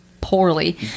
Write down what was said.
poorly